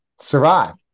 survive